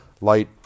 light